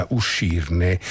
uscirne